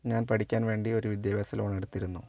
ഞാൻ പഠിക്കാൻ വേണ്ടി ഒരു വിദ്യാഭ്യാസ ലോൺ എടുത്തിരുന്നു